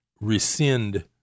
rescind